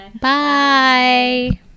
bye